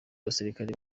basirikare